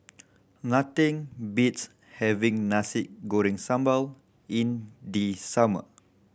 nothing beats having Nasi Goreng Sambal in the summer